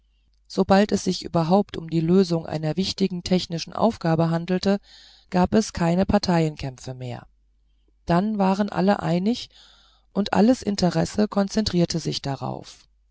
sobald es sich überhaupt um die lösung einer wichtigen technischen aufgabe handelte gab es keine parteikämpfe mehr dann waren alle einig und alles interesse konzentrierte sich darauf